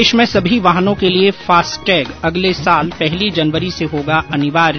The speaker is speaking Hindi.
देश में सभी वाहनों के लिए फास्टैग अगले साल पहली जनवरी से होगा अनिवार्य